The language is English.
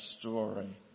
story